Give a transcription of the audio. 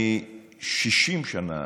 אני 60 שנה